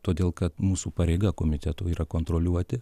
todėl kad mūsų pareiga komitetu yra kontroliuoti